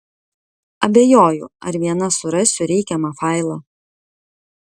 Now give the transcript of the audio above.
abejoju ar viena surasiu reikiamą failą